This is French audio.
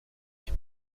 est